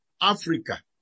Africa